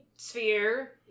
sphere